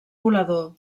volador